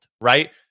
Right